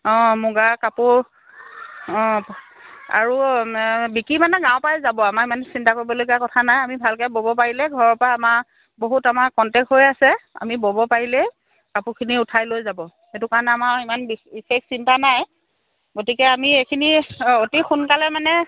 অঁ মুগা কাপোৰ অঁ আৰু বিক্ৰী মানে গাঁৱৰপৰাই যাব আমাৰ ইমান চিন্তা কৰিবলগীয়া কথা নাই আমি ভালকৈ ব'ব পাৰিলে ঘৰৰপৰা আমাৰ বহুত আমাৰ কণ্টেক্ট হৈ আছে আমি ব'ব পাৰিলেই কাপোৰখিনি উঠাই লৈ যাব সেইটো কাৰণে আমাৰ ইমান বিশেষ চিন্তা নাই গতিকে আমি এইখিনি অতি সোনকালে মানে